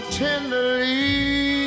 tenderly